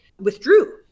withdrew